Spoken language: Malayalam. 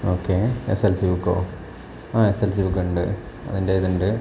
ഓക്കേ എസ് എൽ സി ബുക്കോ ആ എസ് എൽ സി ബുക്ക് ഉണ്ട് അതിൻ്റെ ഇത് ഉണ്ട്